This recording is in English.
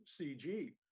CG